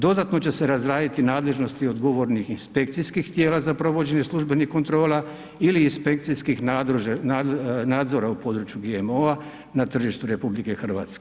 Dodatno će se razraditi nadležnost odgovornih inspekcijskih tijela za provođenje službenih kontrola ili inspekcijskih nadzora u području GMO-a na tržištu RH.